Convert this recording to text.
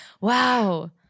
Wow